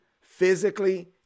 physically